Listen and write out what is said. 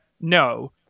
No